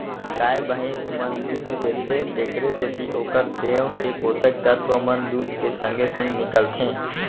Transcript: गाय भइंस मन दूद देथे तेकरे सेती ओकर देंव के पोसक तत्व मन दूद के संगे संग निकलथें